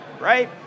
right